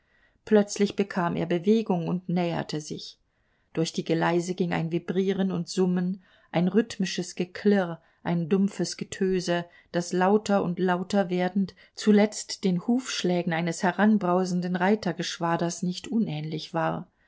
plötzlich bekam er bewegung und näherte sich durch die geleise ging ein vibrieren und summen ein rhythmisches geklirr ein dumpfes getöse das lauter und lauter werdend zuletzt den hufschlägen eines heranbrausenden reitergeschwaders nicht unähnlich war